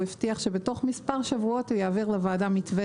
הוא הבטיח שתוך מספר שבועות יעביר לוועדה מתווה